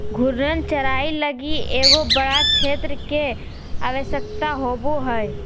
घूर्णन चराई लगी एगो बड़ा क्षेत्र के आवश्यकता होवो हइ